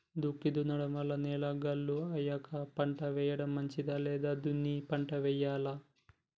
దుక్కి దున్నడం వల్ల నేల గుల్ల అయ్యాక పంట వేయడం మంచిదా లేదా దున్ని పంట వెయ్యాలా?